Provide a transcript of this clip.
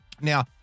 Now